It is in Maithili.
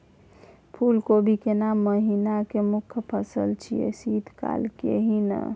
फुल कोबी केना महिना के मुखय फसल छियै शीत काल के ही न?